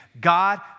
God